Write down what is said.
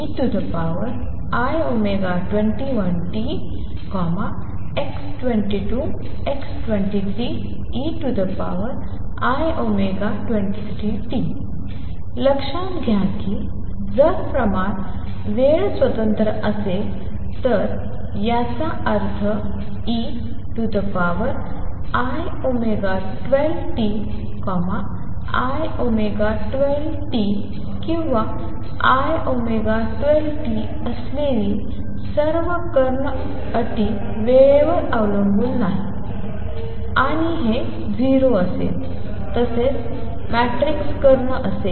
x21 ei21t x22 x23 ei23t लक्षात घ्या की जर प्रमाण वेळ स्वतंत्र असेल तर याचा अर्थ ei12t ei12tकिंवा ei13t असलेली सर्व कर्ण अटी वेळेवर अवलंबून नाही आणि हे 0 असेल तसेच मॅट्रिक्स कर्ण असेल